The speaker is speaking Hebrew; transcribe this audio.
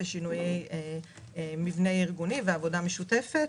שינויי מבנה ארגוני ועבודה משותפת.